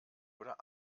oder